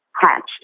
hatched